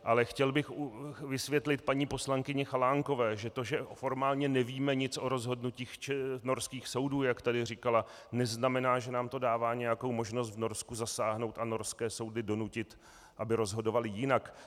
Ale chtěl bych vysvětlit paní poslankyni Chalánkové, že to, že formálně nevíme nic o rozhodnutích norských soudů, jak tady říkala, neznamená, že nám to dává nějakou možnost v Norsku zasáhnout a norské soudy donutit, aby rozhodovaly jinak.